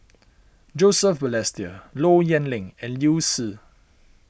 Joseph Balestier Low Yen Ling and Liu Si